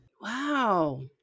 wow